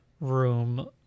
room